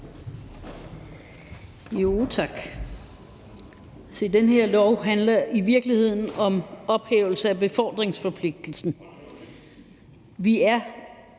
Tak. Se, den her lov handler i virkeligheden om ophævelse af befordringsforpligtelsen. Vi er,